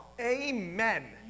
Amen